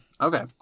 Okay